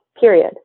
period